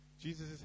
Jesus